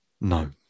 no